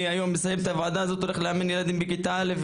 אני היום מסיים את הועדה הזאת והולך לאמן ילדים בכיתה א',